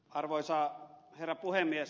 arvoisa herra puhemies